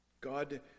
God